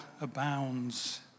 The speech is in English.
abounds